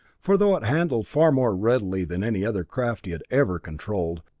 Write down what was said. for though it handled far more readily than any other craft he had ever controlled,